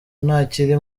ntakiri